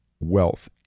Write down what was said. Wealth